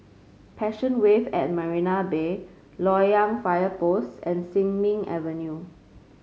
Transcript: Passion Wave at Marina Bay Loyang Fire Post and Sin Ming Avenue